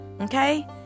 okay